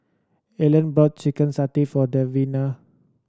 Ellyn bought chicken satay for Davina